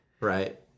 Right